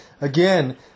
again